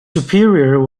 superior